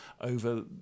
over